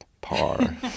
par